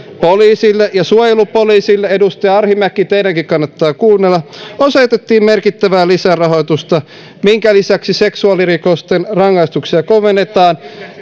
poliisille ja suojelupoliisille edustaja arhinmäki teidänkin kannattaa kuunnella osoitettiin merkittävää lisärahoitusta minkä lisäksi seksuaalirikosten rangaistuksia kovennetaan